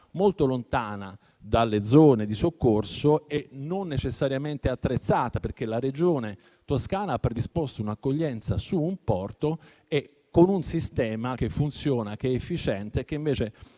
molto lontana dalle zone di soccorso e non necessariamente attrezzata. La Regione Toscana ha predisposto un'accoglienza su un porto, con un sistema che funziona ed è efficiente e che invece